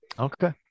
Okay